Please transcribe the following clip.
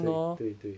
对对对